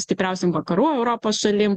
stipriausiom vakarų europos šalim